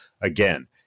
again